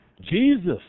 Jesus